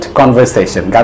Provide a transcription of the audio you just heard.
conversation